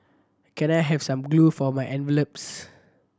can I have some glue for my envelopes